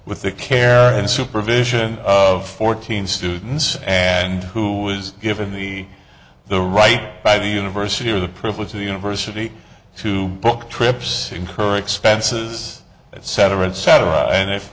with the care and supervision of fourteen students and who was given the the right by the university or the privilege of the university to book trips incur expenses etc etc and if